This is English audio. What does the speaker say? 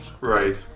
Right